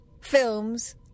films